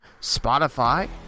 Spotify